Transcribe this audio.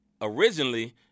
originally